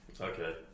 Okay